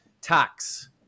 Tax